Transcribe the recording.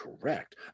correct